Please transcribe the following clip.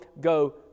go